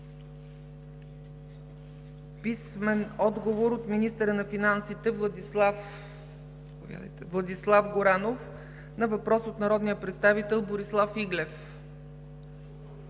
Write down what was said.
Георгиев; - министъра на финансите Владислав Горанов на въпрос от народния представител Борислав Иглев;